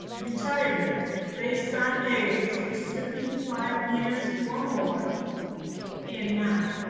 retirement based on age, which is fifty but five years or more in nine